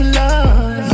love